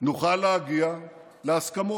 נוכל להגיע להסכמות.